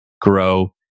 grow